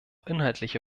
inhaltliche